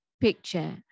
picture